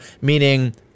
meaning